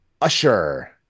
Usher